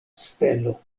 stelo